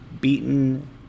beaten